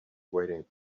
waiting